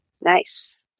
Nice